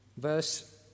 Verse